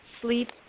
sleep